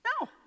No